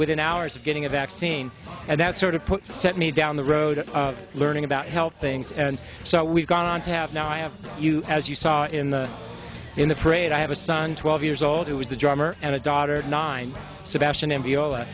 within hours of getting a vaccine and that sort of put set me down the road of learning about health things and so we've gone on to have now i have you as you saw in the in the parade i have a son twelve years old who was the armor and a daughter nine sebastian